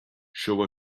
show